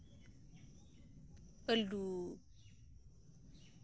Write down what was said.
ᱟᱹᱞᱩ